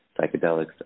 psychedelics